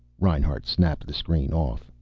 reinhart snapped the screen off.